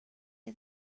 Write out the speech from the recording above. ser